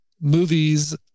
movies